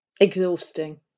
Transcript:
Exhausting